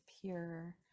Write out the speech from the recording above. pure